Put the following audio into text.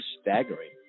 staggering